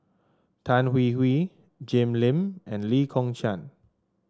Tan Hwee Hwee Jim Lim and Lee Kong Chian